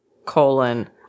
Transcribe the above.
Colon